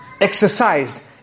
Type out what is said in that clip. exercised